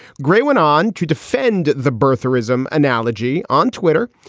gray went on to defend the birtherism analogy. on twitter,